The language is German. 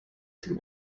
dem